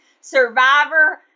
Survivor